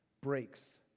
breaks